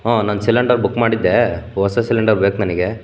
ಹುಂ ನಾನು cylinder book ಮಾಡಿದ್ದೆ ಹೊಸ ಸಿಲಿಂಡರ್ ಬೇಕು ನನಗೆ